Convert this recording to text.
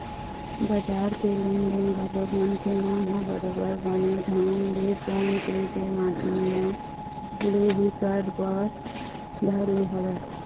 बजार के लेन देन घलोक मनखे मन ह बरोबर बने ढंग ले फोन पे के माधियम ले ही कर बर धर ले हवय